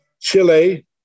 Chile